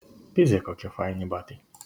pizė kokie faini batai